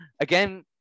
again